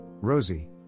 Rosie